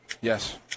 Yes